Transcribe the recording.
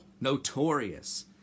notorious